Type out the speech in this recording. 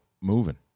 moving